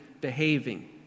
behaving